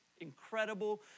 incredible